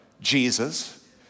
Jesus